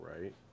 right